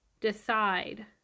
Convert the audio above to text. Decide